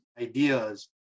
ideas